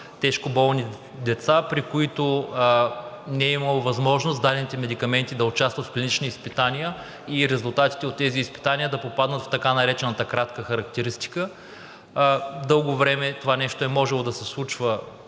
тежкоболни деца, при които не е имало възможност дадените медикаменти да участват в клинични изпитания и резултатите от тези изпитания да попаднат в така наречената кратка характеристика. Дълго време това нещо е можело да се случва